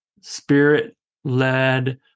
spirit-led